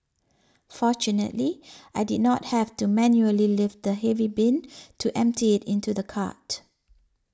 fortunately I did not have to manually lift the heavy bin to empty into the cart